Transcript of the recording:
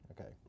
Okay